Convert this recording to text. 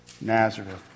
Nazareth